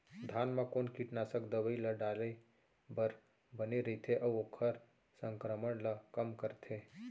धान म कोन कीटनाशक दवई ल डाले बर बने रइथे, अऊ ओखर संक्रमण ल कम करथें?